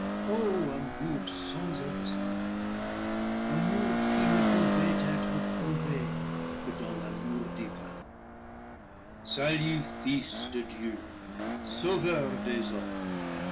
amour sans exemple amour qui ne pouvait être trouvé que dans l'amour divin salut fils de dieu sauveur des hommes